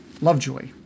Lovejoy